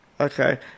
Okay